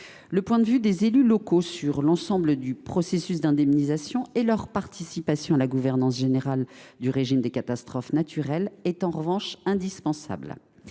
Le point de vue des élus locaux sur l’ensemble du processus d’indemnisation et leur participation à la gouvernance générale du régime des catastrophes naturelles est en revanche indispensable.